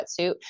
wetsuit